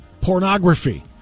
Pornography